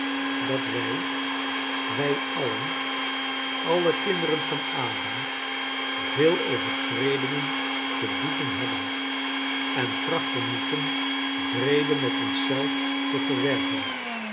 dat wij wij alien alle kinderen van adam veel overtredingen te boeten hebben en trachten moeten vrede met ons zelf te verwerven